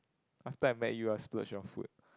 after I met you I splurge on food